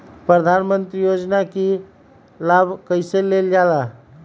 प्रधानमंत्री योजना कि लाभ कइसे लेलजाला?